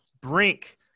Brink